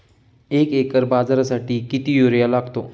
एक एकर बाजरीसाठी किती युरिया लागतो?